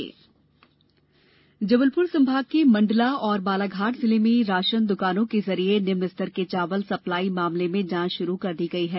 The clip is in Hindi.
चावल जांच जबलपुर संमाग के मंडला और बालाघाट जिले में राशन दुकानों के जरिए निम्न स्तर के चावल सप्लाई मामले में जांच शुरू कर दी गयी है